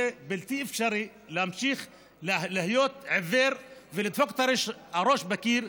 זה בלתי אפשרי להמשיך להיות עיוור ולדפוק את הראש בקיר,